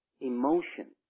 emotion